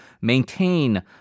maintain